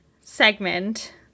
segment